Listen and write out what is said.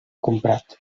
comprat